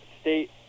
state